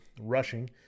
rushing